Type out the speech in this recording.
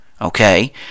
Okay